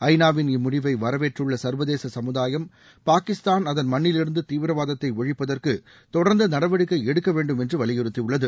ஐ நாவின் இம்முடிவை வரவேற்றுள்ள சர்வதேச சமுதாயம் பாகிஸ்தான் அதன் மண்ணிலிருந்து தீவிரவாதத்தை ஒழிப்பதற்கு தொடர்ந்து நடவடிக்கை எடுக்க வேண்டும் என்று வலியறுத்தியுள்ளது